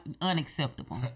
Unacceptable